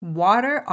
water